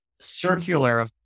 circular